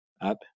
up